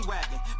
Wagon